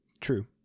True